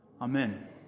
Amen